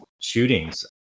shootings